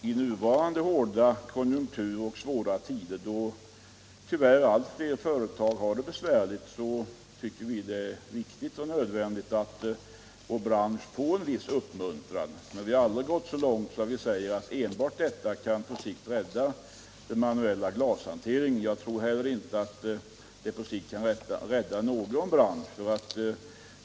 Herr talman! Jag har sagt att i nuvarande hårda konjunktur, då tyvärr allt fler företag har det besvärligt, måste det anses fullt motiverat att även vår hårt utsatta bransch får viss uppmuntran. Men jag har aldrig gått så långt att jag sagt att enbart detta på sikt kan rädda den manuella glasindustrin. Jag tror f. ö. heller inte att det kan rädda någon bransch.